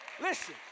Listen